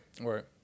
Right